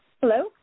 Hello